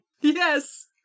Yes